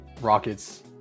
Rockets